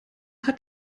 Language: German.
hat